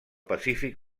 pacífic